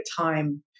time